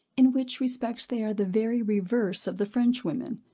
in which respects they are the very reverse of the french women.